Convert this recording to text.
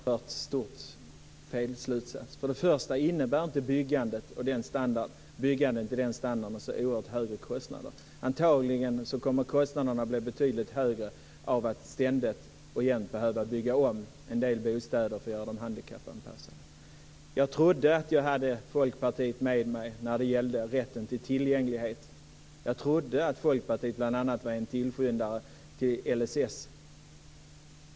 Fru talman! Lennart Kollmats drar en oerhört stort felslutsats. För det första innebär inte byggande i sådan standard så oerhört höga kostnader. Antagligen blir kostnaderna att bli betydligt högre om man ständigt behöver bygga om en del bostäder för att göra dem handikappanpassade. Jag trodde att jag hade Folkpartiet med mig när det gällde rätten till tillgänglighet. Jag trodde att Folkpartiet var en tillskyndare till LSS.